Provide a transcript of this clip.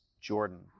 Jordan